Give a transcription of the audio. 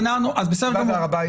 אני שואל אותך על הר הבית,